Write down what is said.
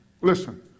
Listen